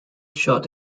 shot